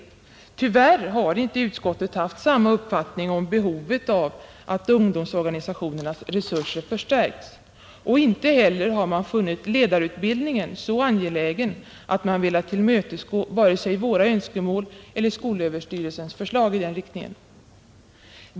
Tyvärr har inte utskottet haft samma uppfattning om behovet av att ungdomsorganisationernas resurser förstärks, och inte heller har man funnit ledarutbildningen så viktig att man velat tillmötesgå vare sig våra önskemål eller skolöverstyrelsens förslag i den riktningen.